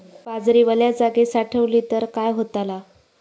बाजरी वल्या जागेत साठवली तर काय होताला?